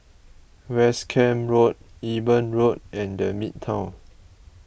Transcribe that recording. West Camp Road Eben Road and the Midtown